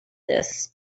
this